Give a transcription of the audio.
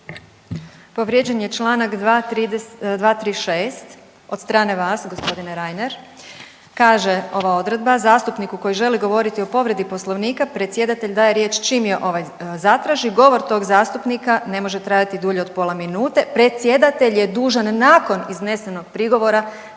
Povrijeđen je čl. 236. od strane vas g. Reiner, kaže ova odredba zastupniku koji želi govoriti o povredi poslovnika predsjedatelj daje riječ čim je ovaj zatraži, govor tog zastupnika ne može trajati dulje od pola minute, predsjedatelj je dužan nakon iznesenog prigovora